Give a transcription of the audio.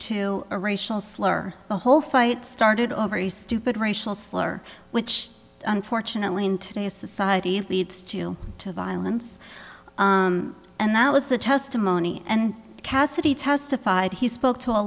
a racial slur the whole fight started over a stupid racial slur which unfortunately in today's society that leads to violence and that was the testimony and cassidy testified he spoke to a